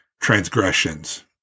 transgressions